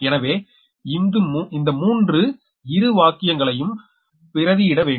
எனவே இந்த 3 இருவாக்கங்களையும் பிரதியிட வேண்டும்